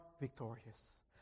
victorious